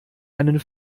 einen